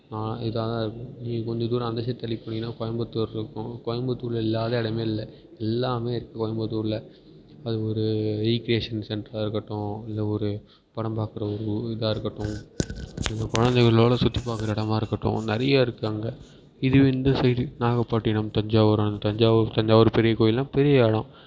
இதுதான் தான் இருக்கும் நீங்கள் கொஞ்சம் தூரம் அந்த சைட் தள்ளி போனிங்கன்னால் கோயம்புத்தூர் இருக்கும் கோயம்புத்தூரில் இல்லாத இடமே இல்லை எல்லாமே இருக்குது கோயம்புத்தூரில் அது ஒரு ஈக்குவேஷன் சென்டராக இருக்கட்டும் இல்லை ஒரு படம் பார்க்குற ஒரு இதாக இருக்கட்டும் அந்த குழந்தைங்களோட சுற்றி பார்க்குற இடமா இருக்கட்டும் நிறைய இருக்குது அங்கே இதுவே இந்த சைடு நாகப்பட்டினம் தஞ்சாவூர் தஞ்சாவூர் தஞ்சாவூர் பெரிய கோவிலெலாம் பெரிய இடோம்